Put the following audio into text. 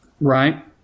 Right